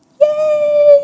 Yay